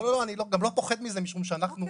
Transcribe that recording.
לא, אני גם לא מפחד מזה משום שאנחנו